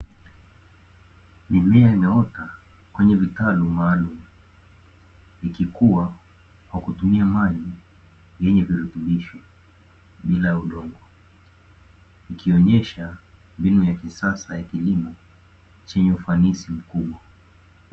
Mimea imeota kwenye vitalu maalumu, ikikua kwa kutumia maji yenye virutubisho bila udongo, ikionyesha mbinu ya kisasa ya kilimo chenye ufanisi mkubwa.